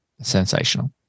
sensational